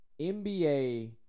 NBA